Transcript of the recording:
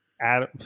Adam